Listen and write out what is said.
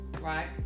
right